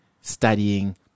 studying